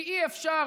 כי אי-אפשר